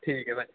ਠੀਕ ਹੈ ਭਾਅ ਜੀ